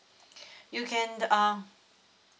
you can uh